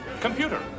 Computer